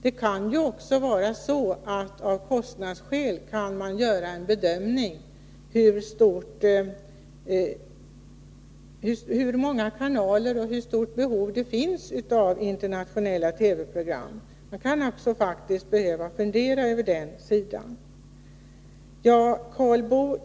Det kan också vara så att man av kostnadsskäl kan göra en bedömning av hur många kanaler vi vill ha och hur stort behov det finns av internationella TV-program. Man kan faktiskt behöva fundera även över den sidan.